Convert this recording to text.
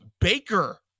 Baker